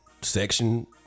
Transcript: section